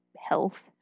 health